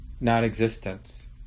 non-existence